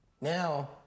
Now